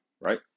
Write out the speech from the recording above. right